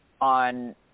on